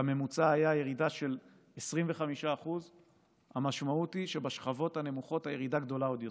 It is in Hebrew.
והממוצע היה ירידה של 25% היא שבשכבות הנמוכות הירידה גדולה עוד יותר.